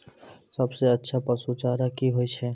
सबसे अच्छा पसु चारा की होय छै?